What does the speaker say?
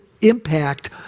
impact